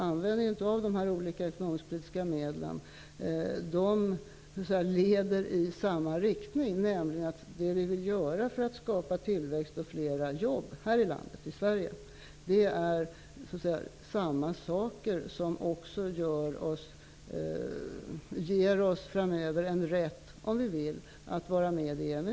Användandet av de olika ekonomisk-politiska medlen leder i samma riktning: Det vi vill göra för att skapa tillväxt och flera jobb här i Sverige är också det som framöver ger oss en rätt att, om vi vill, vara med i EMU.